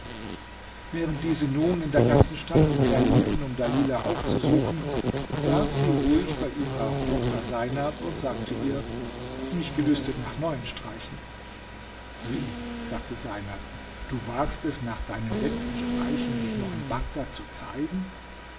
während diese nun in der ganzen stadt umherliefen um dalilah aufzusuchen saß sie ruhig bei ihrer tochter seinab und sagte ihr mich gelüstet nach neuen streichen wie sagte seinab du wagst es nach deinen letzten streichen dich noch in bagdad zu zeigen